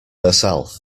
herself